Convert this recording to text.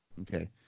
Okay